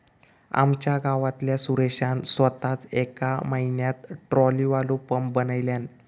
आमच्या गावातल्या सुरेशान सोताच येका म्हयन्यात ट्रॉलीवालो पंप बनयल्यान